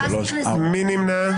מי נמנע?